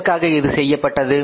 எதற்காக இது செய்யப்பட்டது